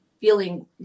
feeling